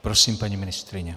Prosím, paní ministryně.